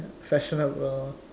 fashionable